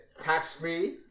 tax-free